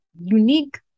unique